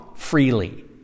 freely